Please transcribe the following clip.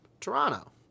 Toronto